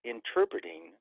Interpreting